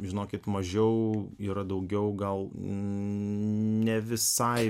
žinokit mažiau yra daugiau gal ne visai